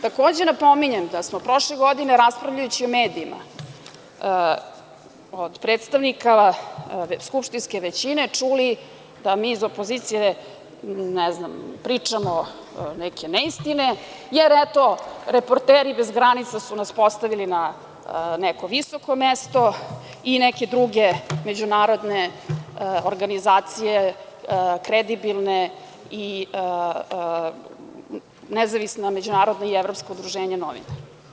Takođe, napominjem da smo prošle godine raspravljajući o medijima, od predstavnika skupštinske većine, čuli da mi iz opozicije pričamo neke neistine, jer, eto, reporteri bez granica su nas postavili na neko visoko mesto i neke druge međunarodne organizacije, kredibilne i nezavisno međunarodno i evropsko udruženje novinara.